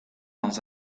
dans